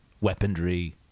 weaponry